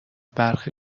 برخی